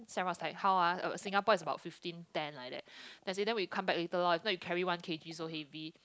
Sam was like how ah Singapore is about fifteen ten like that then I say then we come back later loh if not you carry one K_G so heavy